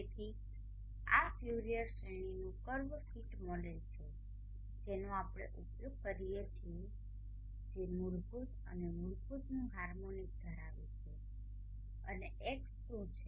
તેથી આ ફ્યુરિયર શ્રેણીનુ કર્વ ફીટ મોડેલ છે જેનો આપણે ઉપયોગ કરી શકીએ જે મૂળભૂત અને મૂળભૂતનું હાર્મોનિક ધરાવે છે અને x શું છે